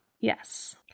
Yes